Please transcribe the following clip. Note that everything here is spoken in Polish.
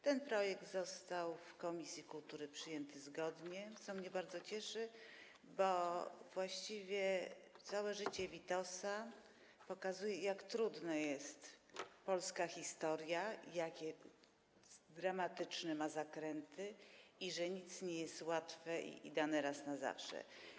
Ten projekt został w komisji kultury przyjęty zgodnie, co mnie bardzo cieszy, bo właściwie całe życie Witosa pokazuje, jak trudna jest polska historia, jakie dramatyczne ma zakręty i że nic nie jest łatwe i dane raz na zawsze.